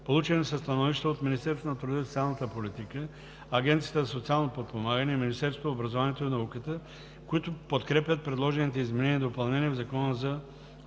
Получени са становища от Министерството на труда и социалната политика, Агенцията за социално подпомагане и Министерството на образованието и науката, които подкрепят предложените изменения и допълнения в Закона за